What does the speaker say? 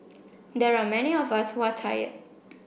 there are many of us who are tired